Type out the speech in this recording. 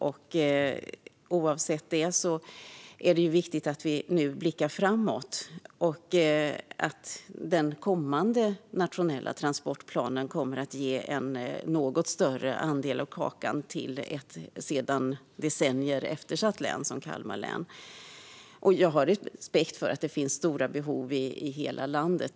Oavsett detta är det viktigt att vi nu blickar framåt och att den kommande nationella transportplanen ger en något större andel av kakan till ett sedan decennier eftersatt län som Kalmar. Jag har respekt för att det finns stora behov i hela landet.